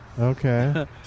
Okay